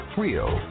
real